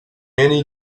many